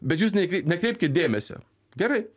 bet jūs nekrei nekreipkit dėmesio gerai